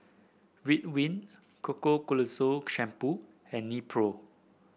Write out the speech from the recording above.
Ridwind Ketoconazole Shampoo and Nepro